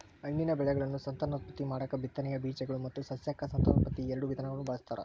ಹಣ್ಣಿನ ಬೆಳೆಗಳನ್ನು ಸಂತಾನೋತ್ಪತ್ತಿ ಮಾಡಾಕ ಬಿತ್ತನೆಯ ಬೇಜಗಳು ಮತ್ತು ಸಸ್ಯಕ ಸಂತಾನೋತ್ಪತ್ತಿ ಈಎರಡು ವಿಧಗಳನ್ನ ಬಳಸ್ತಾರ